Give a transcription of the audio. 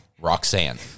Roxanne